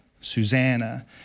Susanna